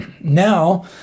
Now